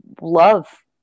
love